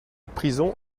prison